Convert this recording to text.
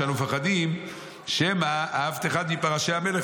שאנו מפחדים שמא אהבת אחד מפרשי המלך